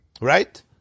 Right